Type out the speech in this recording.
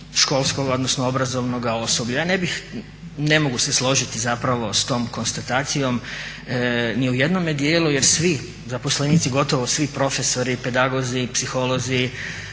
školskog, odnosno obrazovnoga osoblja. Ja ne bih, ne mogu se složiti zapravo sa tom konstatacijom ni u jednome dijelu jer svi zaposlenici, gotovo svi profesori, pedagozi, psiholozi,